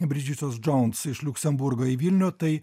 bridžitos džouns iš liuksemburgo į vilnių tai